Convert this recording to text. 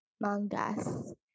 mangas